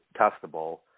testable